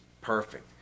perfect